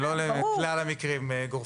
ולא לכלל המקרים הגורפים.